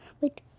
Wait